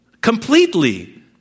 Completely